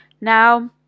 Now